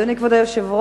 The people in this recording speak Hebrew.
אדוני כבוד היושב-ראש,